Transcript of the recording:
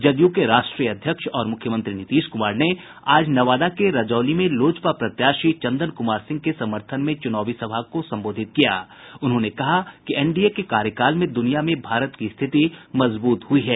जदयू के राष्ट्रीय अध्यक्ष और मुख्यमंत्री नीतीश कुमार ने आज नवादा के रजौली में लोजपा प्रत्याशी चंदन कुमार सिंह के समर्थन में च्रनावी सभा को संबोधित करते हुये कहा कि एनडीए के कार्यकाल में दुनिया में भारत की स्थिति मजबूत हुई है